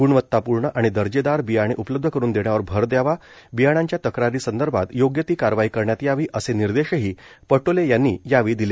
ग्णवत्तापूर्ण आणि दर्जेदार बियाणे उपलब्ध करुन देण्यावर अर दयावा बियाणांच्या तक्रारीसंदर्भात योग्य ती कारवाई करण्यात यावी असे निर्देशही पटोले यांनी यावेळी दिले